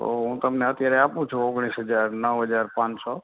તો હું તમને અત્યારે આપું છું ઓગણીસ હજાર નવ હજાર પાંચસો